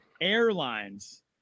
airlines